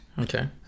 Okay